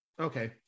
Okay